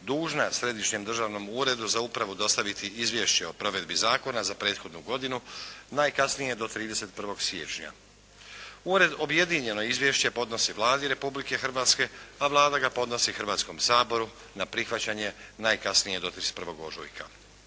dužna Središnjem državnom uredu za upravu dostaviti izvješće o provedbi zakona za prethodnu godinu najkasnije do 31. siječnja. Ured objedinjeno izvješće podnosi Vladi Republike Hrvatske, a Vlada ga podnosi Hrvatskom saboru na prihvaćanje najkasnije do 31. ožujka.